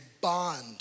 bond